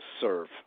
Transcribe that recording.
serve